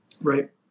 Right